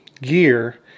gear